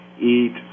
eat